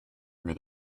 where